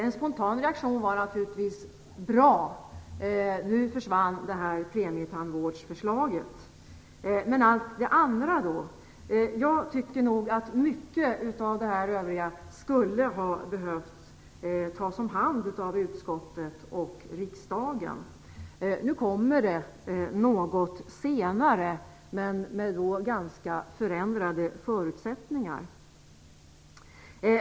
En spontan reaktion var att det var bra att premietandvårdsförslaget försvann. Men allt det andra då? Jag tycker att mycket av de övriga frågorna skulle ha behövt tas om hand av utskottet och riksdagen. Det kommer att ske litet senare, men under ganska förändrade förutsättningar.